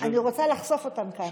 ואני רוצה לחשוף אותן כאן.